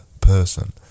person